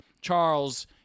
Charles